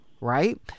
Right